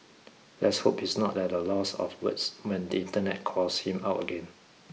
let's hope he's not at a loss of words when the Internet calls him out again